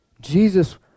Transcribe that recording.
Jesus